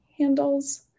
handles